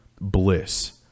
bliss